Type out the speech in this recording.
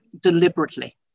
deliberately